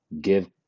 give